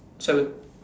seven